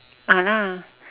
ah lah